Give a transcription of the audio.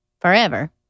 forever